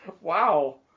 Wow